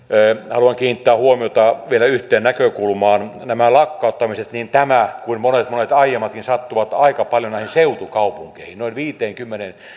haluan kiinnittää huomiota vielä yhteen näkökulmaan nämä lakkauttamiset niin tämä kuin monet monet aiemmatkin sattuvat aika paljon näihin seutukaupunkeihin noin viiteenkymmeneen